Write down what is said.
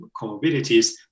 comorbidities